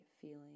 feeling